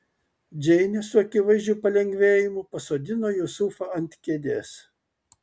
džeinė su akivaizdžiu palengvėjimu pasodino jusufą ant kėdės